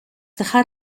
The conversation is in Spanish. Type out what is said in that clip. dejar